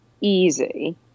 easy